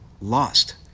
lost